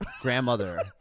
grandmother